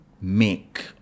make